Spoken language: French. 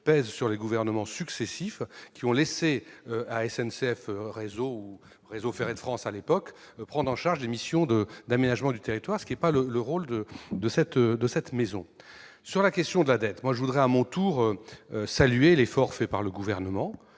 pèse sur les gouvernements successifs qui ont laissé à SNCF Réseau ou, auparavant, à Réseau ferré de France le soin de prendre en charge des missions d'aménagement du territoire, ce qui n'était pas leur rôle. Sur la question de la dette, je voudrais à mon tour saluer l'effort fait par le Gouvernement